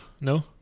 no